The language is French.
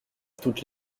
toutes